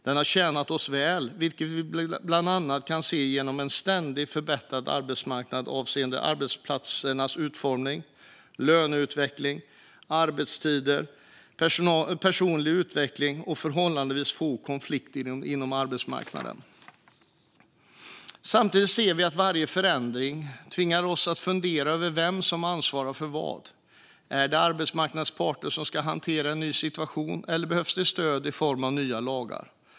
Den har tjänat oss väl, vilket vi bland annat kan se genom en ständigt förbättrad arbetsmarknad avseende arbetsplatsernas utformning, löneutveckling, arbetstider, personlig utveckling och förhållandevis få konflikter på arbetsmarknaden. Samtidigt tvingar varje förändring oss att fundera över vem som ansvarar för vad. Är det arbetsmarknadens parter som ska hantera en ny situation, eller behövs det stöd i form av nya lagar?